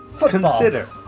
Consider